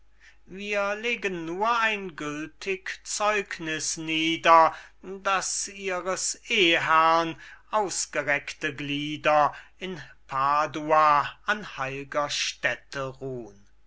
wir legen nur ein gültig zeugniß nieder daß ihres ehherrn ausgereckte glieder in padua an heil'ger stätte ruhn